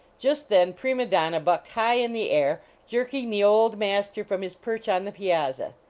just then prima donna bucked high in the air, jerking the old master from his perch on the piazza.